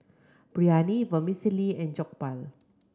Biryani Vermicelli and Jokbal